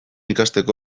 ikasteko